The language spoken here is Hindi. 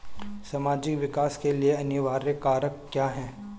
सामाजिक विकास के लिए अनिवार्य कारक क्या है?